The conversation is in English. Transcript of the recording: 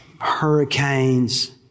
hurricanes